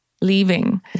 leaving